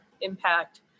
Impact